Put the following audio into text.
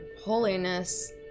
holiness